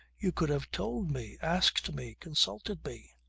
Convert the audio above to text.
you could have told me asked me consulted me!